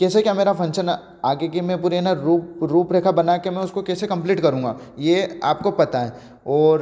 कैसे के मेरा फंक्शन आगे के मैं पूरे ना रूप रूपरेखा बना के मैं उसको कैसे कंप्लीट करूँगा ये आपको पता है और